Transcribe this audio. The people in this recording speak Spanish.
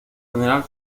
general